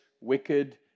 wicked